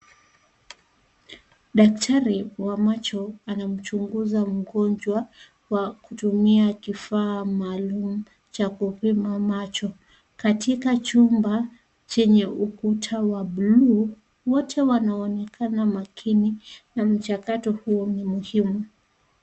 Daktari wa macho anamchunguza mgonjwa kwa kutumia kifaa maalum cha kupima macho, katika chumba chenye ukuta wa buluu. Wote wanaonekana makini na mchakato huu ni muhimu.